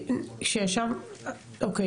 אוקיי,